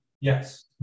Yes